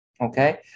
Okay